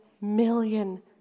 million